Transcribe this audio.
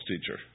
teacher